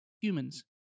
humans